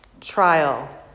trial